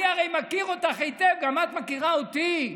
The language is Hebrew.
אני הרי מכיר אותך היטב, גם את מכירה אותי.